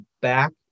back